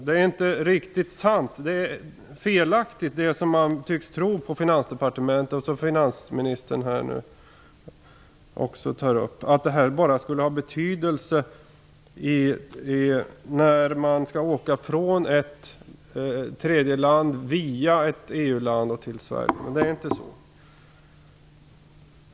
Det är felaktigt det som man tycks tro på Finansdepartementet, och som finansministern nu också tar upp, att detta bara skulle ha betydelse när man skall åka från ett tredje land via ett EU-land till Sverige. Det är inte så.